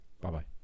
Bye-bye